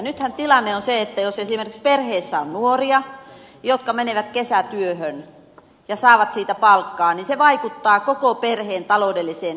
nythän tilanne on se että jos esimerkiksi perheessä on nuoria jotka menevät kesätyöhön ja saavat siitä palkkaa niin se vaikuttaa koko perheen taloudelliseen tilanteeseen